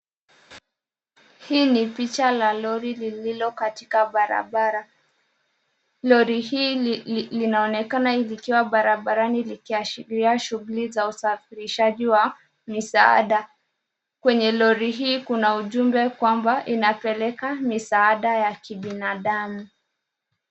Hii ni picha la lori lililo katika barabara. Lori hii linaonekana likiwa barabarani likiashiria shughuli za usafirishaji wa misaada. Kwenye lori hii kuna ujumbe kwamba inapeleka misaada ya kibinadamu.